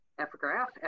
epigraph